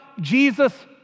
Jesus